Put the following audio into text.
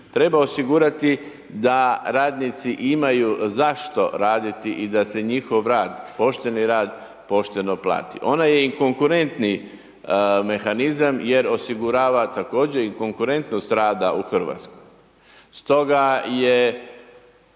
treba osigurati da radnici imaju zašto raditi i da se njihov rad, pošteni rad pošteno plati. Ona je i konkurentni mehanizam jer osigurava također i konkurentnost rada u Hrvatskoj. Stoga je